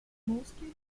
mostly